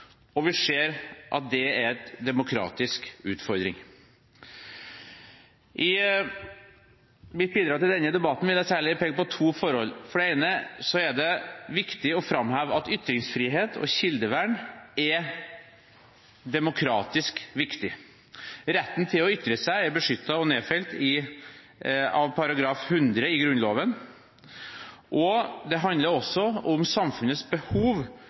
vanskeliggjøres. Vi ser at det er en demokratisk utfordring. I mitt bidrag til denne debatten vil jeg særlig peke på to forhold. For det første er det viktig å framheve at ytringsfrihet og kildevern er demokratisk viktig. Retten til å ytre seg er beskyttet og nedfelt i § 100 i Grunnloven, og det handler også om samfunnets behov